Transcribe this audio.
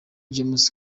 james